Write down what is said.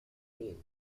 mean